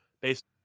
based